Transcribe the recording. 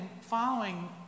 following